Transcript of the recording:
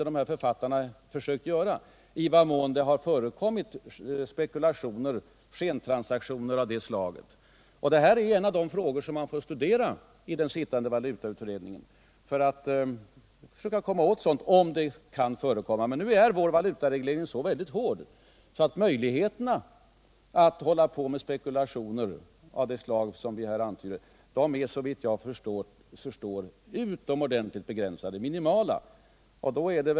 De här författarna har inte heller försökt klarlägga i vad mån spekulationer och skentransaktioner av detta slag förekommit. Detta är något som den sittande valutautredningen får studera för att försöka komma åt det om det kan förekomma. Men vår valutareglering är så hård att möjligheterna att hålla på med spekulationer av det slag som vi här antyder, såvitt jag förstår, är utomordentligt begränsade.